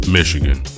Michigan